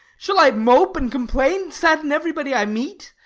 shall i mope and complain, sadden everybody i meet,